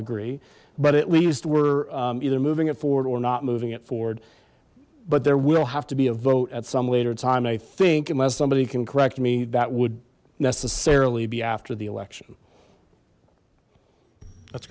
agree but at least we're either moving it forward or not moving it forward but there will have to be a vote at some later time i think unless somebody can correct me that would necessarily be after the election that's